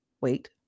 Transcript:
wait